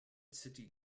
city